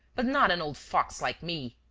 but not an old fox like me.